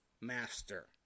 master